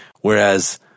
whereas